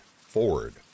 forward